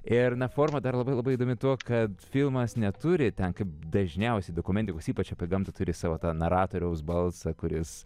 ir na forma dar labai labai įdomi tuo kad filmas neturi ten kaip dažniausiai dokumentikos ypač apie gamtą turi savo tą naratoriaus balsą kuris